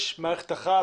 יש מערכת אחת.